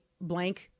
blank